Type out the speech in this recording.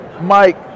Mike